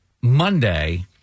Monday